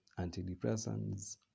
antidepressants